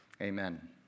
Amen